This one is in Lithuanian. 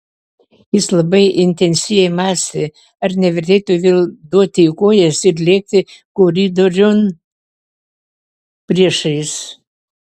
jis labai intensyviai mąstė ar nevertėtų vėl duoti į kojas ir lėkti koridoriun priešais